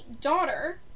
daughter